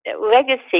legacy